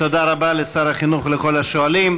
תודה רבה לשר החינוך ולכל השואלים.